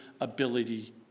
ability